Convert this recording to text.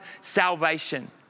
salvation